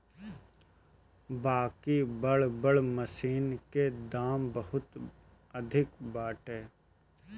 बाकि बड़ बड़ मशीन के दाम बहुते अधिका बाटे